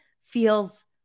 feels